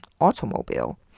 automobile